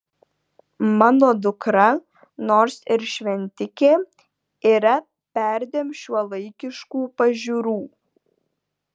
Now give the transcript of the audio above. mano dukra nors ir šventikė yra perdėm šiuolaikiškų pažiūrų